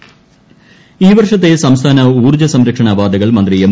award ഈ വർഷത്തെ സംസ്ഥാന ഉൌർജ്ജ സംരക്ഷണ അവാർഡുകൾ മന്ത്രി എം